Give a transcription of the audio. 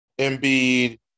Embiid